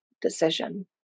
decision